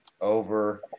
over